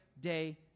day